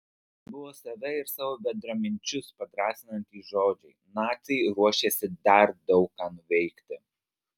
tai buvo save ir savo bendraminčius padrąsinantys žodžiai naciai ruošėsi dar daug ką nuveikti